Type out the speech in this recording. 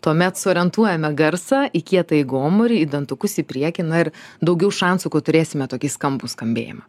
tuomet suorientuojame garsą į kietąjį gomurį į dantukus į priekį na ir daugiau šansų kad turėsime tokį skambų skambėjimą